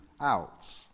out